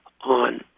on